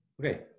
Okay